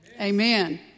Amen